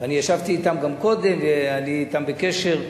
אני ישבתי אתם גם קודם ואני אתם בקשר,